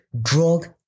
drug